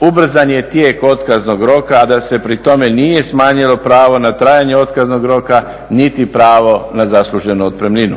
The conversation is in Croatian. ubrzan je tijek otkaznog roka, a da se pri tome nije smanjilo pravo na trajanje otkaznog roka niti pravo na zasluženu otpremninu.